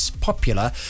popular